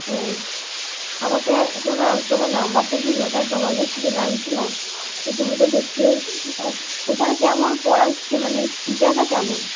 ও আমাকে একজন তোমার নম্বরটা দিলো তাই তোমার কাছ থেকে জানছিলাম তো তুমি তো ভর্তি হয়েছো কি না ওখানে কেমন পড়াচ্ছে মানে টিচাররা কেমন